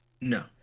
No